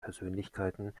persönlichkeiten